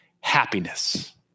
happiness